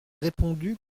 répondu